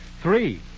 Three